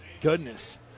goodness